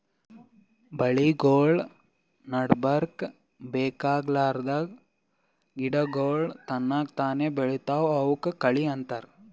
ಬೆಳಿಗೊಳ್ ನಡಬರ್ಕ್ ಬೇಕಾಗಲಾರ್ದ್ ಗಿಡಗೋಳ್ ತನಕ್ತಾನೇ ಬೆಳಿತಾವ್ ಅವಕ್ಕ ಕಳಿ ಅಂತಾರ